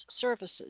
services